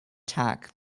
tak